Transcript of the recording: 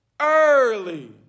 early